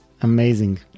Amazing